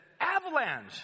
avalanche